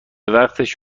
وقتش